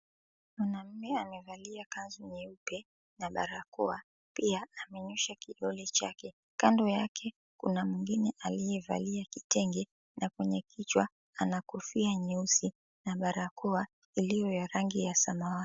Mwanume amevalia kanzu nyeupe na barakoa amenyosha kidole chake, kando yake kuna mwingine amevalia kitenge anakofia nyeusi na barakoa iliyo ya rangi ya samawati.